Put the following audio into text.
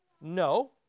No